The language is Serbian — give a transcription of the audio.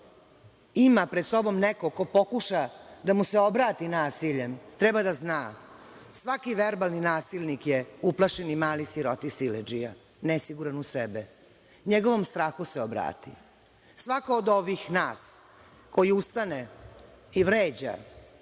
ima pred sobom nekog ko pokuša da mu se obrati nasiljem, treba da zna svaki verbalni nasilnik je uplašeni mali siroti siledžija, nesiguran u sebe. NJegovom strahu se obrati. Svako od ovih nas koji ustane i vređa,